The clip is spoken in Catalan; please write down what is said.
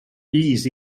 llis